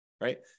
right